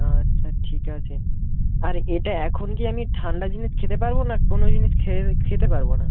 আচ্ছা ঠিক আছে আর এটা এখন কি আমি ঠান্ডা জিনিস খেতে পারব না কোনো জিনিস খেতে পারব না